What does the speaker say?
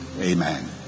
Amen